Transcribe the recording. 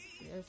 Yes